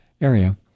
area